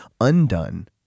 undone